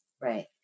right